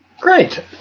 Great